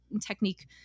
Technique